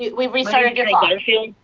yeah we restarted your like but